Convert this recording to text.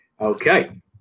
Okay